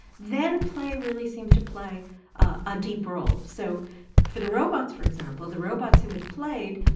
then play really seems to play a deep role so for the robots, for example, the robots who had played,